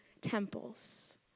temples